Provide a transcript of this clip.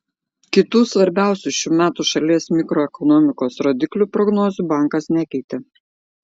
kitų svarbiausių šių metų šalies makroekonomikos rodiklių prognozių bankas nekeitė